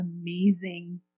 amazing